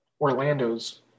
Orlando's